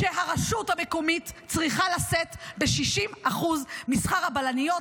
שהרשות המקומית צריכה לשאת ב-60% משכר הבלניות,